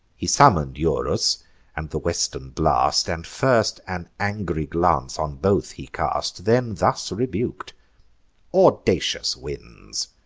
he summon'd eurus and the western blast, and first an angry glance on both he cast then thus rebuk'd audacious winds!